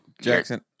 Jackson